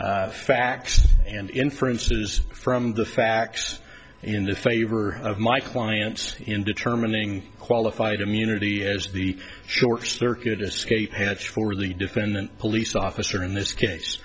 the facts and inferences from the facts in the favor of my clients in determining qualified immunity as the short circuit escape hatch for the defendant police officer in this case